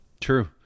True